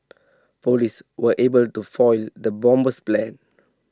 Police were able to foil the bomber's plans